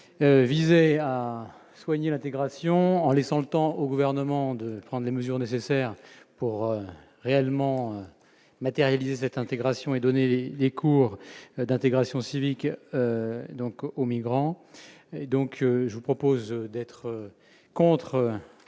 visait à soigner l'intégration en laissant le temps au gouvernement de prendre les mesures nécessaires pour réellement matérialisait intégration et donner des cours d'intégration civique donc aux migrants et donc je vous propose d'être contre